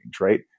right